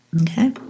Okay